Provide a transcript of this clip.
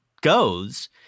goes